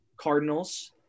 Cardinals